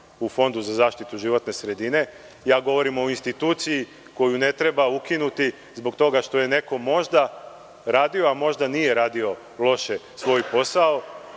u Fondu za zaštitu životne sredine. Govorim o instituciji koju ne treba ukinuti zbog toga što je neko možda radio, a možda i nije radio loše svoj posao.